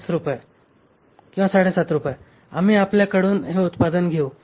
5 रुपये आम्ही आपल्याकडून हे उत्पादन घेऊ